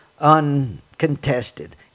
uncontested